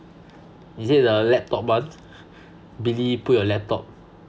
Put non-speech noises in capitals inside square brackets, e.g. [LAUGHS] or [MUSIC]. is it the laptop one [LAUGHS] billy put your laptop